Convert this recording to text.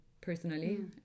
personally